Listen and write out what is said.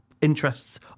Interests